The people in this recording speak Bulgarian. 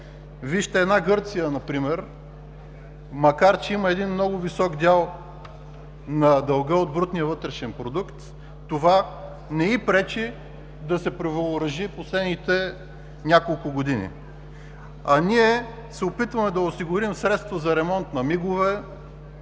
Вижте една Гърция например, макар че има един много висок дял на дълга от брутния вътрешен продукт, това не й пречи да се превъоръжи последните няколко години. А ние се опитваме да осигурим средства за ремонт на МиГ-ове